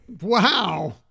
Wow